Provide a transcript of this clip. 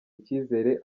ikizere